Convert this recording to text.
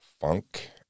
funk